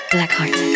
Blackheart